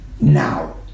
Now